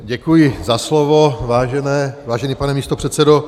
Děkuji za slovo, vážený pane místopředsedo.